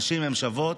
נשים הן שוות,